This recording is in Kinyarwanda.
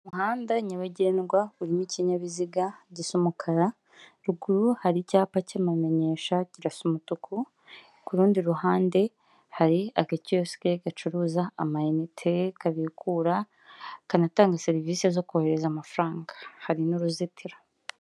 Umuhanda nyabagendwa urimo ikinyabiziga gisa umukara, ruguru hari icyapa cy'amamenyesha kirasa umutuku, k'urundi ruhande hari agakiyosike gacuruza ama inite, kabikura, kanatanga serivisi zo kohereza amafaranga, hari n'uruzitiro.